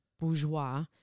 bourgeois